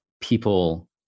people